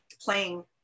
playing